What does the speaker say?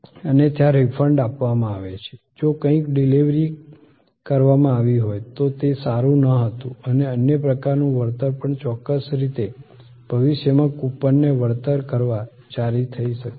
અન્યથા રિફંડ આપવામાં આવે છે જો કંઈક ડિલિવરી કરવામાં આવી હોય તો તે સારું ન હતું અને અન્ય પ્રકારનું વળતર પણ ચોક્કસ રીતે ભવિષ્યમાં કૂપનને વળતર કરવા જારી થઈ શકે છે